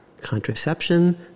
contraception